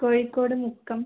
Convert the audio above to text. Kozhikode Mukkam